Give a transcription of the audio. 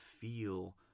feel